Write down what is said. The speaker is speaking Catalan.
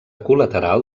col·lateral